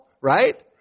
right